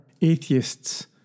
atheists